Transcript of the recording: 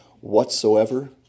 whatsoever